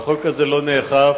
החוק הזה לא נאכף.